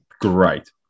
great